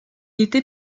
était